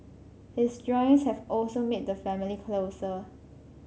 his drawings have also made the family closer